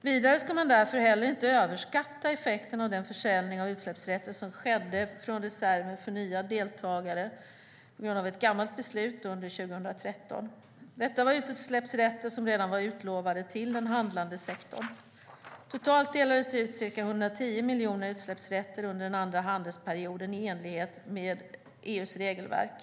Vidare ska man därför heller inte överskatta effekten av den försäljning av utsläppsrätter som skedde från reserven för nya deltagare på grund av ett gammalt beslut under 2013. Detta var utsläppsrätter som redan var utlovade till den handlande sektorn. Totalt delades det ut ca 110 miljoner utsläppsrätter under den andra handelsperioden i enlighet med EU:s regelverk.